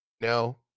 No